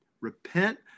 repent